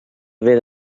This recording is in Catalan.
haver